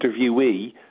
interviewee